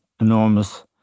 enormous